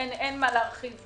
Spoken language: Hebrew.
אין מה להרחיב.